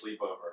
sleepover